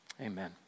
Amen